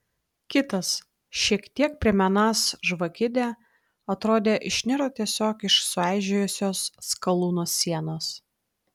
kitas šiek tiek primenąs žvakidę atrodė išniro tiesiog iš sueižėjusios skalūno sienos